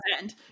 End